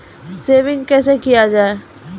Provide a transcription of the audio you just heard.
Saving कैसै किया जाय?